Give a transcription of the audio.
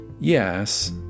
yes